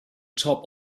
top